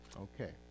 Okay